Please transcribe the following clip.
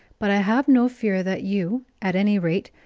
but i have no fear that you, at any rate,